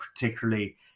particularly